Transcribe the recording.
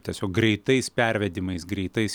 tiesiog greitais pervedimais greitais